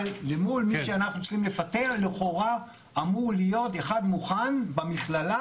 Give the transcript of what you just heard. אבל למול מי שאנחנו צריכים לפטר לכאורה אמור להיות אחד מוכן במכללה,